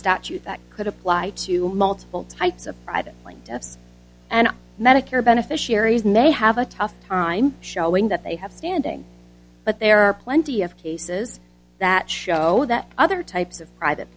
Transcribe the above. statute that could apply to multiple types of private land and medicare beneficiaries and they have a tough time showing that they have standing but there are plenty of cases that show that other types of private